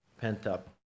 pent-up